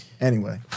Anyway-